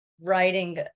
writing